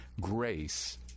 grace